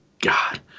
god